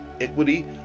equity